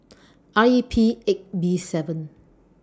R E P eight B seven